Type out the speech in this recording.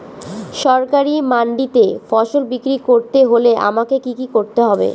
সরকারি মান্ডিতে ফসল বিক্রি করতে হলে আমাকে কি কি করতে হবে?